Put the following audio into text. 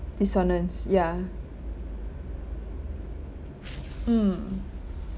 dissonance ya mm